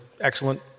excellent